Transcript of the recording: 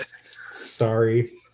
Sorry